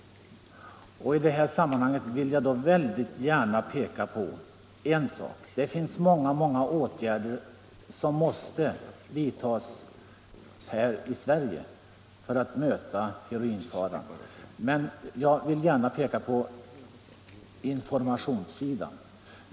Det finns många åtgärder som måste vidtas här i Sverige för att möta heroinfaran, men jag vill gärna särskilt peka på vikten av information.